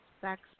sex